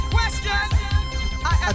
Question